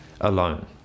alone